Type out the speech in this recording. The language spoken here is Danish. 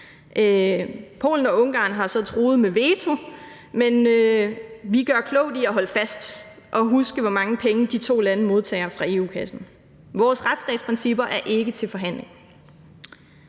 Polen og Ungarn har så truet med veto, men vi gør klogt i at holde fast og huske, hvor mange penge de to lande modtager fra EU-kassen. Vores retsstatsprincipper er ikke til forhandling.